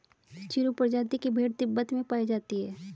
चिरु प्रजाति की भेड़ तिब्बत में पायी जाती है